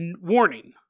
warning